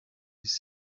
isi